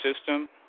system